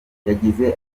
yagize